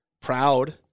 proud